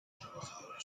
trabajadora